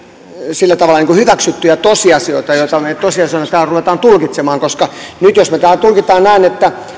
sillä tavalla hyväksyttyjä tosiasioita joita me tosiasioina täällä rupeamme tulkitsemaan nyt jos me täällä tulkitsemme näin että